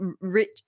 rich